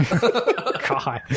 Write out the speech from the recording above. God